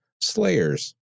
Slayers